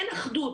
אין אחדות,